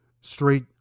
straight